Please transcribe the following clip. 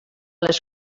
les